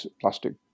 plastic